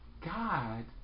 god